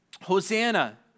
Hosanna